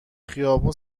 خیابون